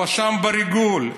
הואשם בריגול.